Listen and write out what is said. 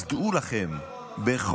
אז דעו לכם, לא בכולם.